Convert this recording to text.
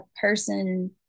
person